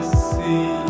see